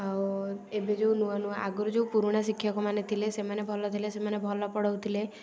ଆଉ ଏବେ ଯେଉଁ ନୂଆ ନୂଆ ଆଗରୁ ଯେଉଁ ପୁରୁଣା ଶିକ୍ଷକମାନେ ଥିଲେ ସେମାନେ ଭଲ ଥିଲେ ସେମାନେ ଭଲ ପଢ଼ାଉଥିଲେ